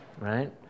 right